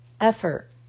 effort